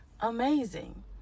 amazing